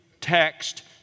text